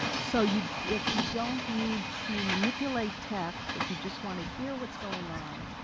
so you, if you don't need to manipulate text, if you just want to hear what's going on,